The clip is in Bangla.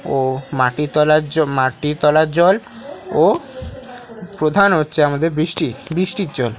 ও মাটির তলা জ মাটির তলার জল ও প্রধান হচ্ছে আমাদের বৃষ্টি বৃষ্টির জল